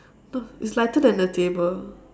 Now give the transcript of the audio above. no it's lighter than the table